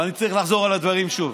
ואני צריך לחזור על הדברים שוב.